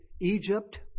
Egypt